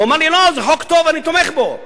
הוא אמר לי: לא, זה חוק טוב, אני תומך בו.